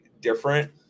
different